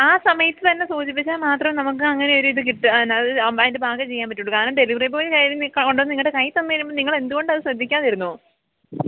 ആ സമയത്തുതന്നെ സൂചിപ്പിച്ചാൽ മാത്രമേ നമുക്ക് അങ്ങനെയൊരു ഇത് കിട്ടൂ അതിൻ്റെ ബാക്കി ചെയ്യാൻ പറ്റുകയുള്ളൂ കാരണം ഡെലിവറി ബോയ് കൊണ്ട് നിങ്ങളുടെ കയ്യിൽ തന്നുകഴിയുമ്പോൾ നിങ്ങൾ എന്തുകൊണ്ട് അത് ശ്രദ്ധിക്കാതിരുന്നു